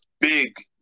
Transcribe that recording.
big